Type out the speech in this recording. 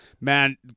Man